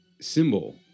symbol